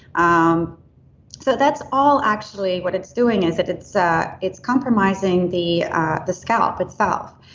um so that's all actually what it's doing is that it's ah it's compromising the the scalp itself.